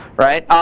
right.